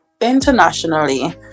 internationally